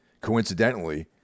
coincidentally